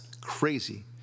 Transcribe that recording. crazy